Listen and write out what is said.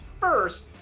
first